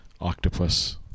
octopus